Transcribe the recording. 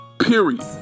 Period